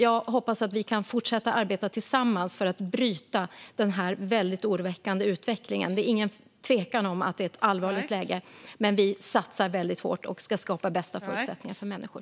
Jag hoppas att vi kan fortsätta att arbeta tillsammans för att bryta denna väldigt oroväckande utveckling. Det är ingen tvekan om att det är ett allvarligt läge, men vi satsar väldigt hårt och ska skapa de bästa förutsättningarna för människor.